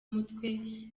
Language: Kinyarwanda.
mutwe